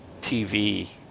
tv